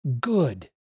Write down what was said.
good